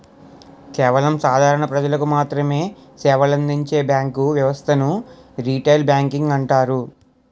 కేవలం సాధారణ ప్రజలకు మాత్రమె సేవలందించే బ్యాంకు వ్యవస్థను రిటైల్ బ్యాంకింగ్ అంటారు